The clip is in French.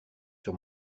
sur